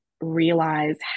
realize